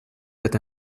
that